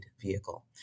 vehicle